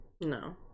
No